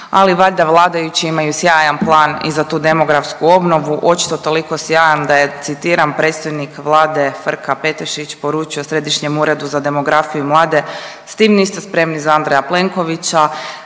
ali valjda vladajući imaju sjajan plan i za tu demografsku obnovu, očito toliko sjajan da je, citiram, predstojnik Vlade Frka Petešić poručio Središnjem uredu za demografiju i mlade, s tim niste spremni za Andreja Plenkovića,